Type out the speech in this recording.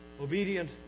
obedient